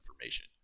information